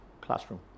classroom